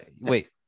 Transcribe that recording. wait